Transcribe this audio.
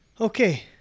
Okay